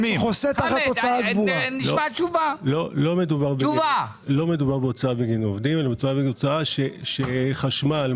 לא מדובר בהוצאה בגין עובדים אלא מדובר בהוצאות תפעול חשמל,